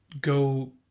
go